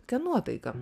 kokia nuotaika